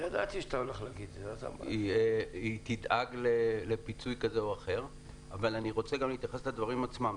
היא תדאג לפיצוי כזה או אחר אבל אני רוצה גם להתייחס לדברים עצמם.